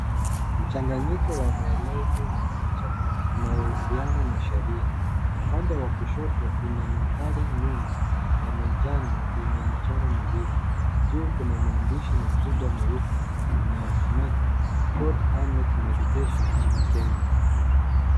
Mchanganyiko wa maelezo na picha inayohusiana na sheria, upande wa kushoto una mandhari nyuma ya manjano yenye michoro miwili, juu kuna maandishi makubwa meupe yanayosomeka Court Annex Meditation in Kenya.